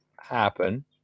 happen